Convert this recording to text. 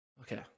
Okay